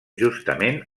justament